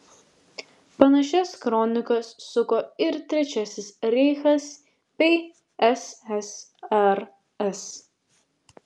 panašias kronikas suko ir trečiasis reichas bei ssrs